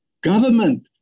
government